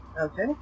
Okay